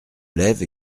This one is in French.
lève